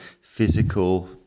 physical